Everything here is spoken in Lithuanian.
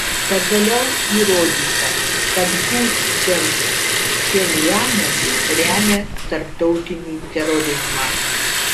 pagaliau įrodyta kad būtent pchenjanas remia tarptautinį terorizmą